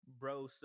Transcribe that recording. bro